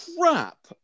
crap